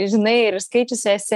žinai ir skaičiusi esi